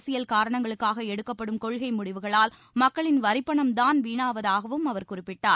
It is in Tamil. அரசியல் காரணங்களுக்காக எடுக்கப்படும் கொள்கை முடிவுகளால் மக்களின் வரிப்பணம்தான் வீணாவதாகவும் அவர் குறிப்பிட்டார்